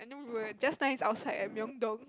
no rude just like outside at Myeongdong